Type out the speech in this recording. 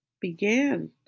began